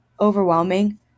overwhelming